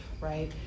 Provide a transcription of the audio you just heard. right